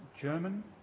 German